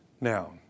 Now